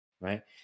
right